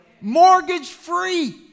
mortgage-free